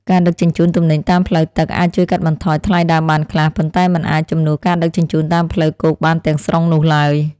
ការដឹកជញ្ជូនទំនិញតាមផ្លូវទឹកអាចជួយកាត់បន្ថយថ្លៃដើមបានខ្លះ ប៉ុន្តែមិនអាចជំនួសការដឹកជញ្ជូនតាមផ្លូវគោកបានទាំងស្រុងនោះឡើយ។